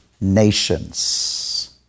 Nations